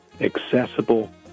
accessible